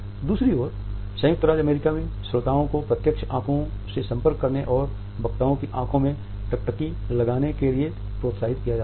दूसरी ओर संयुक्त राज्य अमेरिका में श्रोताओं को प्रत्यक्ष आंखों से संपर्क करने और वक्ताओं की आंखों में टकटकी लगाने के लिए प्रोत्साहित किया जाता है